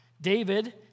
David